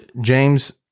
James